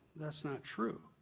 that's not true.